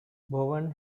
bowen